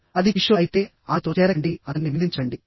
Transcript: అది కిషోర్ అయితే ఆమెతో చేరకండి అతన్ని నిందించకండి